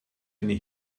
eine